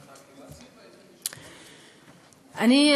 אני,